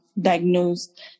diagnosed